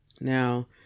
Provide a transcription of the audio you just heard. Now